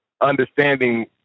understanding